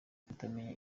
kutamenya